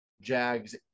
Jags